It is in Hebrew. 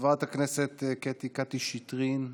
חברת הכנסת קטי קטרין שטרית,